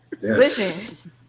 listen